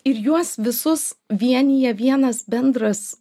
ir juos visus vienija vienas bendras